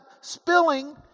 spilling